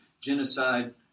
genocide